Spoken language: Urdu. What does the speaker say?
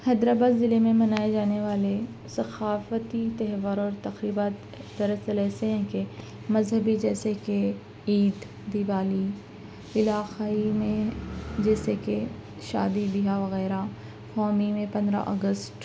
حیدر آباد ضلعے میں منائے جانے والے ثقافتی تہوار اور تقریبات دراصل ایسے ہیں کہ مذہبی جیسے کہ عید دیوالی علاقائی میں جیسے کہ شادی بیاہ وغیرہ قومی میں پندرہ اگسٹ